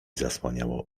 zasłaniało